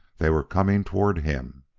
they were coming toward him.